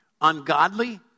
Ungodly